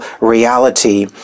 reality